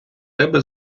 тебе